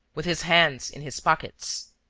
with his hands in his pockets.